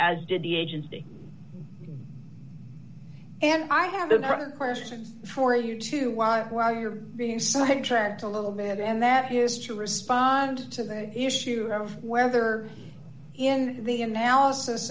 as did the agency and i have another question for you to why you're being side tracked a little bit and that is to respond to the issue of whether in the analysis